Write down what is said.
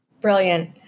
Brilliant